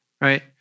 right